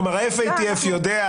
כלומר ה-FATF יודע,